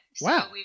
Wow